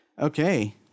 Okay